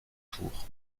tour